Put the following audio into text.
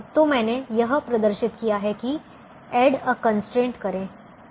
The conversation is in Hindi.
तो मैंने यह प्रदर्शित किया है कि एड ए कंस्ट्रेंट करें